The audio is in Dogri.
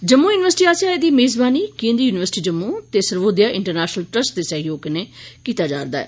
जम्मू युनिवर्सिटी आसेआ एह्दी मेज़बानी केन्द्री युनिवर्सिटी जम्मू ते सर्वोदया इंटरनेशनल ट्रस्ट दे सैह्योग कन्नै कीता जा'रदा ऐ